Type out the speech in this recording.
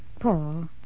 Paul